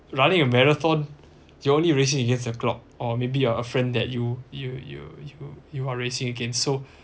running a marathon you only racing against a clock or maybe your uh friend that you you you you you are racing against so